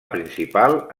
principal